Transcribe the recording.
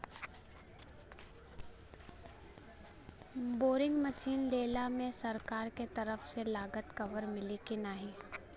Boring machine लेला मे सरकार के तरफ से लागत कवर मिली की नाही?